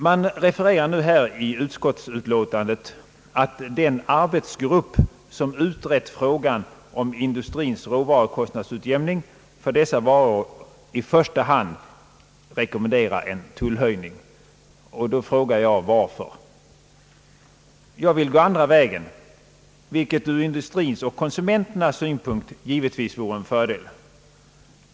I utskottsutlåtandet hänvisar man till att den arbetsgrupp som utrett frågan om industrins råvarukostnadsutjämning för dessa varor i första hand rekommenderar en tullhöjning. Varför? Jag vill gå den andra vägen, vilket ur industrins och konsumenternas syn punkt givetvis vore en fördel.